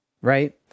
right